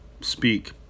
speak